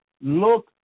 look